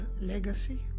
legacy